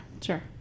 Sure